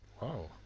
Wow